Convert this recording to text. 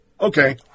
Okay